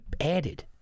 added